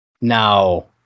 Now